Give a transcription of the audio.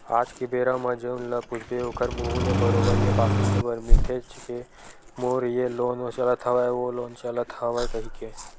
आज के बेरा म जउन ल पूछबे ओखर मुहूँ ले बरोबर ये बात सुने बर मिलथेचे के मोर ये लोन चलत हवय ओ लोन चलत हवय कहिके